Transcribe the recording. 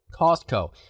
costco